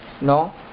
No